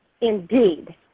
indeed